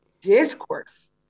discourse